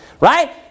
Right